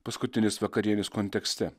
paskutinės vakarienės kontekste